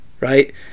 right